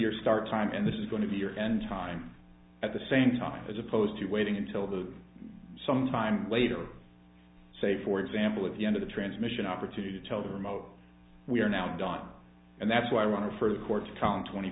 your start time and this is going to be your end time at the same time as opposed to waiting until the some time later say for example at the end of the transmission opportunity tell the remote we are now done and that's why runner for the court to count twenty